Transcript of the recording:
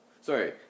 Sorry